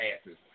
asses